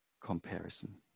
comparison